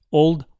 old